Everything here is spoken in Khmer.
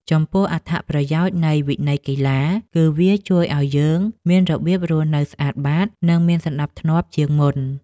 ចំពោះអត្ថប្រយោជន៍នៃវិន័យកីឡា គឺវាជួយឱ្យយើងមានរបៀបរស់នៅស្អាតបាត និងមានសណ្ដាប់ធ្នាប់ជាងមុន។